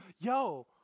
Yo